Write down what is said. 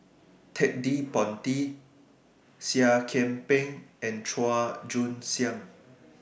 Ted De Ponti Seah Kian Peng and Chua Joon Siang